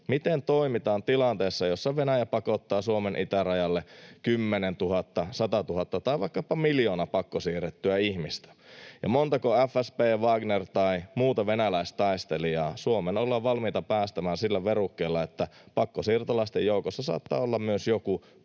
miten toimitaan tilanteessa, jossa Venäjä pakottaa Suomen itärajalle kymmenentuhatta, satatuhatta tai vaikkapa miljoona pakkosiirrettyä ihmistä, ja montako FSB-, Wagner- tai muuta venäläistaistelijaa Suomeen ollaan valmiita päästämään sillä verukkeella, että pakkosiirtolaisten joukossa saattaa olla myös joku